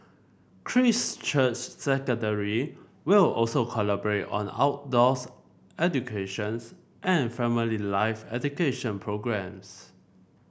Christ Church Secondary will also collaborate on outdoors educations and family life education programmes